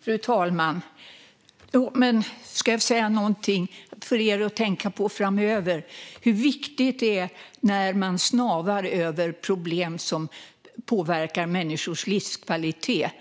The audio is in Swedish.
Fru talman! Någonting för er här att tänka på framöver är hur viktigt det är när man snavar över problem som påverkar människors livskvalitet